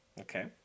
Okay